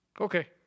Okay